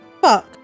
Fuck